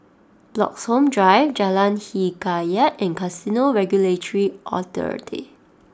Bloxhome Drive Jalan Hikayat and Casino Regulatory Authority